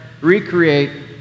recreate